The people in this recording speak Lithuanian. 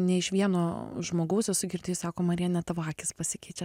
ne iš vieno žmogaus esu girdėjus sako marija net tavo akys pasikeičia